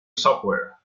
software